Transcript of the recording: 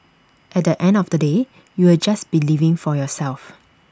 at the end of the day you'll just be living for yourself